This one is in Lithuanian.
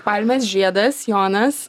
palmės žiedas jonas